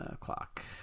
clock